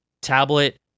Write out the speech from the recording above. tablet